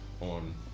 on